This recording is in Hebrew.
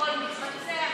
הכול מתבצע,